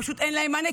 פשוט אין להן מענה,